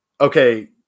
Okay